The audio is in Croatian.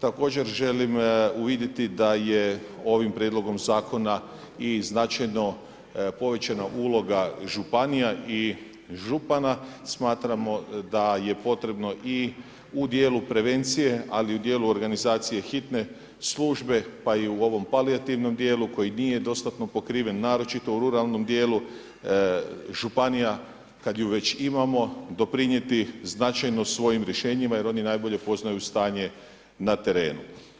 Također želim uvidjeti da je ovim prijedlogom zakona i značajno povećana uloga županija i župana, smatramo da je potrebno i u dijelu prevencije, ali i u dijelu organizacije hitne službe, pa i u ovom palijativnom dijelu koji nije dostatno pokriven, naročito u ruralnom dijelu županija kada ju već imamo, doprinijeti značajno svojim rješenjima jer oni najbolje poznaju stanje na terenu.